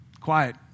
Quiet